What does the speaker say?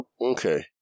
Okay